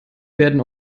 werden